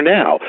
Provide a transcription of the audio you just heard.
now